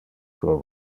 pro